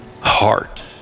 heart